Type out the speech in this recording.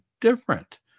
different